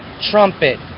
trumpet